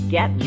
Get